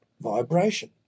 vibration